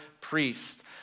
priest